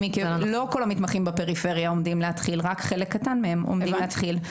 לא כל המתמחים בפריפריה עומדים להתחיל אלא רק חלק קטן מהם עומד להתחיל.